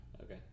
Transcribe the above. Okay